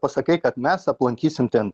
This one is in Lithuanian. pasakai kad mes aplankysim ten